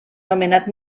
nomenat